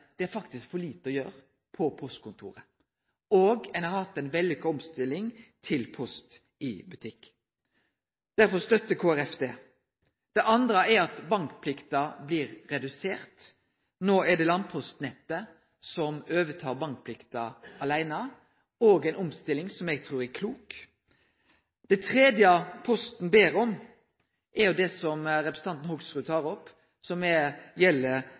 at det faktisk er for lite å gjere på postkontoret. Og ein har hatt ei vellukka omstilling til Post i Butikk. Derfor støttar Kristeleg Folkeparti det. Det andre er at bankplikta blir redusert. No er det landpostnettet som tek over bankplikta aleine. Det er òg ei omstilling eg trur er klok. Det tredje Posten ber om, er det som representanten Hoksrud tek opp, som gjeld